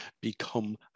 become